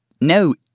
No